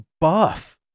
buff